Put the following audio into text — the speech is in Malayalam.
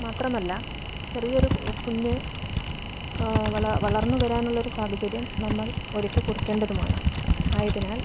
മാത്രമല്ല ചെറിയൊരു കുഞ്ഞ് വളർന്ന് വരാനുള്ള ഒരു സാഹചര്യം നമ്മൾ ഒരുക്കി കൊടുക്കേണ്ടതുമാണ് ആയതിനാൽ